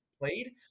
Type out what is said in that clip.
played